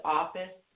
office